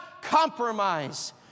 compromise